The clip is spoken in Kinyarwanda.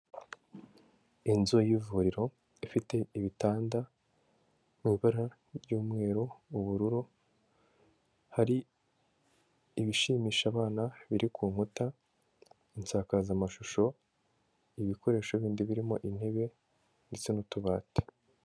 Inzu y'ivuriro ifite ibitanda mu ibara ry'umweru, ubururu, hari ibishimisha abana biri ku nkuta, insakazamashusho, ibikoresho bindi birimo intebe ndetse n'utubati.